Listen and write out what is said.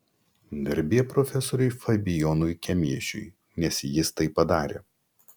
garbė profesoriui fabijonui kemėšiui nes jis tai padarė